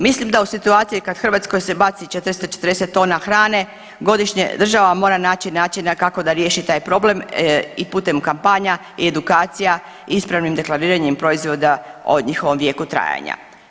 Mislim da u situaciji kad u Hrvatskoj se baci 440 tona hrane godišnje država mora naći načina kako da riješi taj problem i putem kampanja i edukacija ispravnim deklariranjem proizvoda o njihovom vijeku trajanja.